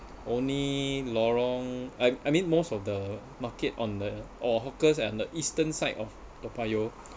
only lorong I I mean most of the market on the or hawkers and the eastern side of Toa Payoh